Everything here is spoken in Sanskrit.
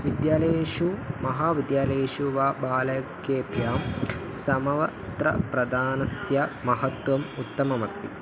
विद्यालयेषु महाविद्यालयेषु वा बालकेभ्यः समवस्त्रप्रदानस्य महत्वम् उत्तममस्ति